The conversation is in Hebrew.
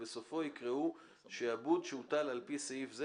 ובסופו יקראו "שעבוד שהוטל על פי סעיף זה,